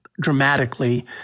dramatically